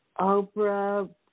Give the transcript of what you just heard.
Oprah